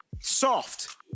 soft